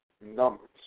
numbers